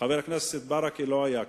חבר הכנסת ברכה לא היה כאן.